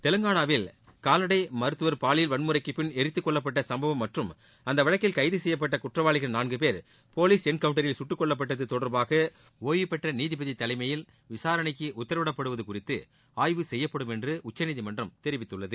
தெலங்காளாவில் கால்நடை மருத்துவர் பாலியல் வன்முறைக்குப் பின் எரித்து கொல்லப்பட்ட சம்பவம் மற்றும் அந்த வழக்கில் கைது செய்யப்பட்ட குற்றவாளிகள் நான்கு பேர் போலீஸ் என்கவுண்டரில் கட்டுக் கொல்லப்பட்டது தொடர்பாக ஒய்வு பெற்ற நீதிபதி தலைமையில் விசாரணைக்கு உத்தரவிடப்படுவது குறித்து ஆய்வு செய்யப்படும் என்று உச்சநீதிமன்றம் தெரிவித்துள்ளது